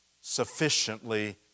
sufficiently